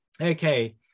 Okay